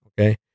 okay